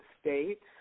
States